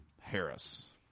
Harris